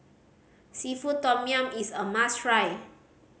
seafood tom yum is a must try